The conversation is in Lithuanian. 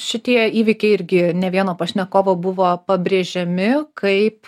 šitie įvykiai irgi ne vieno pašnekovo buvo pabrėžiami kaip